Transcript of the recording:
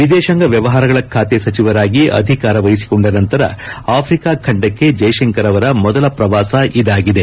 ವಿದೇಶಾಂಗ ವ್ಯವಹಾರಗಳ ಬಾತೆ ಸಚಿವರಾಗಿ ಅಧಿಕಾರ ವಹಿಸಿಕೊಂಡ ನಂತರ ಆಫ್ಟಿಕಾ ಖಂಡಕ್ಕೆ ಜೈಶಂಕರ್ ಅವರ ಮೊದಲ ಪ್ರವಾಸ ಇದಾಗಿದೆ